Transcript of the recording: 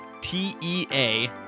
T-E-A